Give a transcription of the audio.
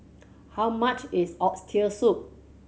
how much is Oxtail Soup